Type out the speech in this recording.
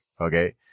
Okay